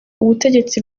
ubutegetsi